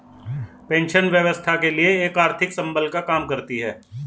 pension वृद्धावस्था के लिए एक आर्थिक संबल का काम करती है